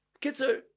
Kitzer